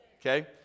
Okay